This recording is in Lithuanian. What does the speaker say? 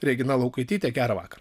regina laukaityte garą vakarą